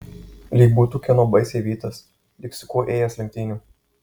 lyg būtų kieno baisiai vytas lyg su kuo ėjęs lenktynių